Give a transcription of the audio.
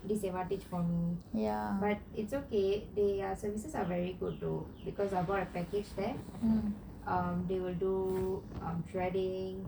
disadvantage for me but it's okay they ah services are very good though because I bought a package there they will do shredding